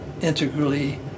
integrally